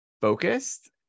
focused